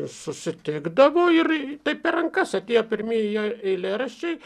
susitikdavo ir taip per rankas atėjo pirmieji jo eilėraščiai